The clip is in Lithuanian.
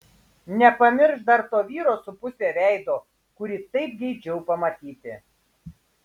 nepamiršk dar to vyro su puse veido kurį taip geidžiau pamatyti